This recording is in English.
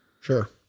Sure